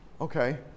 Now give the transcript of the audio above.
Okay